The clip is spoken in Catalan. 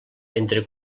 entre